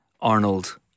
Arnold